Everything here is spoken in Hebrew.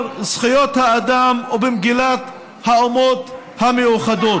זכויות האדם ובמגילת האומות המאוחדות.